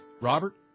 Robert